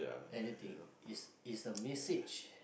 anything is is a message